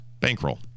bankroll